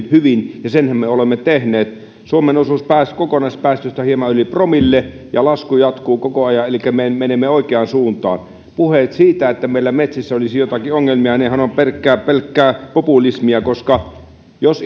hyvin ja senhän me olemme tehneet suomen osuus kokonaispäästöistä on hieman yli promille ja lasku jatkuu koko ajan elikkä me menemme oikeaan suuntaan puheet siitä että meillä olisi metsissä joitakin ongelmia ovat pelkkää pelkkää populismia koska jos